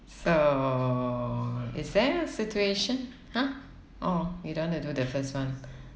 so is there a situation !huh! orh you don't want to do the first one